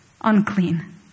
unclean